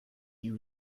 you